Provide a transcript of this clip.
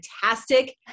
fantastic